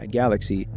galaxy